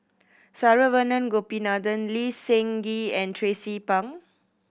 Saravanan Gopinathan Lee Seng Gee and Tracie Pang